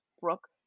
Brooke